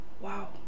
wow